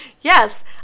Yes